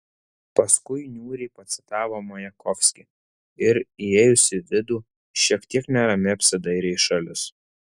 paskui niūriai pacitavo majakovskį ir įėjusi į vidų šiek tiek neramiai apsidairė į šalis